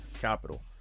capital